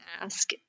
ask